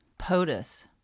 potus